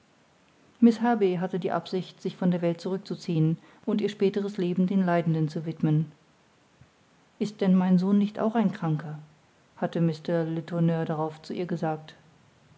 hatte die absicht sich von der welt zurückzuziehen und ihr späteres leben den leidenden zu widmen ist denn mein sohn nicht auch ein kranker hat mr letourneur darauf zu ihr gesagt